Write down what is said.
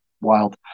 Wild